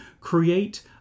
create